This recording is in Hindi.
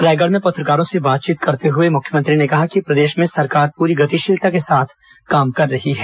रायगढ़ में पत्रकारों से बातचीत करते हए मुख्यमंत्री ने कहा कि प्रदेश में सरकार पूरी गतिशीलता के साथ काम कर रही है